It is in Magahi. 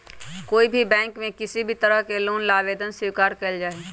कोई भी बैंक में किसी भी तरह के लोन ला आवेदन स्वीकार्य कइल जाहई